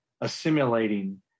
assimilating